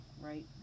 right